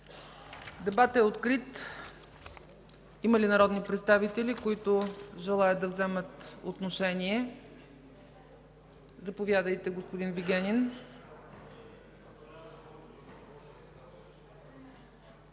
Дебатът е открит. Има ли народни представители, които желаят да вземат отношение? Заповядайте, господин Вигенин.